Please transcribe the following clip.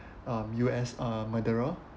um U_S uh murderer